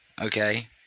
okay